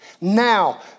Now